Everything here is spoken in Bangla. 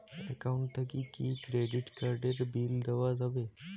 একাউন্ট থাকি কি ক্রেডিট কার্ড এর বিল দেওয়া যাবে?